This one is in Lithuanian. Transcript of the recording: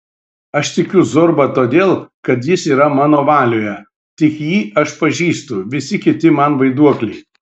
aš tikiu zorba todėl kad jis yra mano valioje tik jį aš pažįstu visi kiti man vaiduokliai